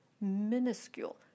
minuscule